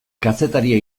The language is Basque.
kazetaria